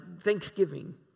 thanksgiving